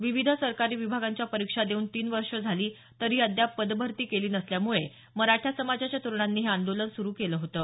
विविध सरकारी विभागांच्या परिक्षा देऊन तीन वर्ष झाली तरीही अद्याप पदभरती केली नसल्यामुळे मराठा समाजाच्या तरुणांनी हे आंदोलन सुरु केलं होतं